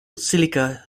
silica